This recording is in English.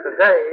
today